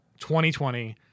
2020